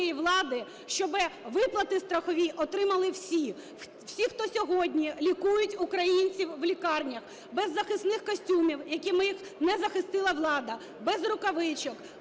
щоб виплати страхові отримали всі: всі, хто сьогодні лікують українців в лікарнях без захисних костюмів, якими їх не захистила влада, без рукавичок,